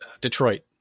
Detroit